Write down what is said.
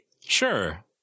Sure